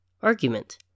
Argument